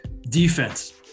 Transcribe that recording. defense